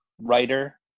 writer